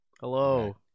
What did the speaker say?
Hello